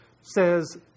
says